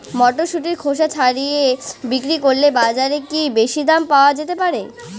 মটরশুটির খোসা ছাড়িয়ে বিক্রি করলে বাজারে কী বেশী দাম পাওয়া যেতে পারে?